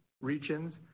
regions